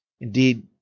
Indeed